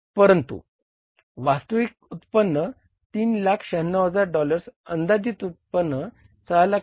परंतु वास्तविक उत्पन्न 396000 डॉलर्स अंदाजित उत्पन्न 620000 आहे